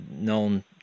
known